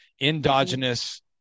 endogenous